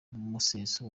museso